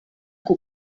que